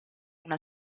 una